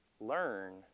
learn